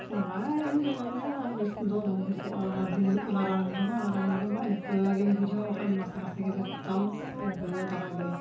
ᱚᱱᱟ ᱮᱢ ᱫᱚᱭ ᱮᱢᱟᱢ ᱜᱮᱭᱟ ᱟᱨ ᱵᱮᱥ ᱫᱚ ᱵᱟᱢ ᱵᱮᱥᱚᱜᱼᱟ ᱚᱱᱟ ᱫᱤᱱ ᱚᱱᱟ ᱨᱟᱱᱮᱢ ᱡᱚᱢᱟ ᱚᱱᱟ ᱨᱟᱱᱮᱢ ᱡᱚᱢᱟ ᱚᱱᱠᱟᱜᱮᱢ ᱵᱩᱡᱷᱟᱹᱣᱟ ᱵᱟᱠᱷᱟᱱ ᱱᱟᱥᱮᱼᱱᱟᱥᱮ ᱜᱮ ᱵᱮᱥᱛᱟᱢ ᱚᱱᱠᱟ ᱫᱷᱟᱨᱟ ᱜᱮ